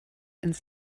ins